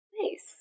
Nice